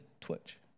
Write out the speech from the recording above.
twitch